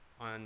on